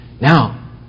Now